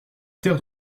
terre